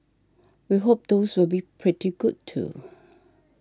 we hope those will be pretty good too